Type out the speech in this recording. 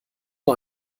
nur